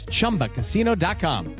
Chumbacasino.com